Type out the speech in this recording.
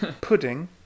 Pudding